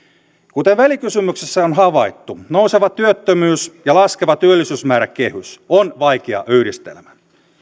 kuten välikysymyksessä on havaittu nouseva työttömyys ja laskeva työllisyysmääräkehys on vaikea yhdistelmä